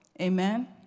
Amen